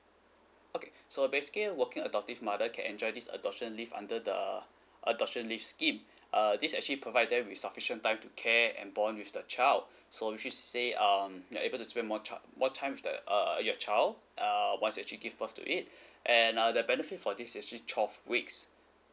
okay so basically working adoptive mother can enjoy this adoption leave under the adoption leave scheme uh this actually provide them with sufficient time to care and bond with the child so which means to say um you're able to spend more time more time with the uh your child err once you actually give birth to it and uh the benefit for this is actually twelve weeks